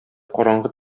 караңгы